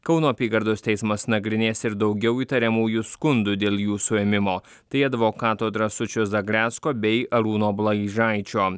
kauno apygardos teismas nagrinės ir daugiau įtariamųjų skundų dėl jų suėmimo tai advokato drąsučio zagrecko bei arūno blaižaičio